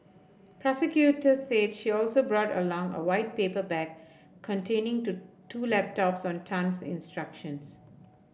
prosecutor said she also brought along a white paper bag containing the two laptops on Tan's instructions